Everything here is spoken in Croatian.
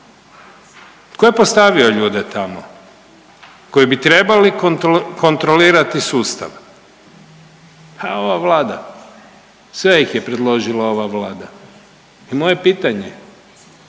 tko je postavio ljude tamo koji bi trebali kontrolirati sustav? Pa ova Vlada, sve ih je predložila ova Vlada. I moje pitanje,